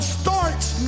starts